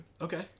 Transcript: Okay